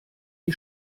die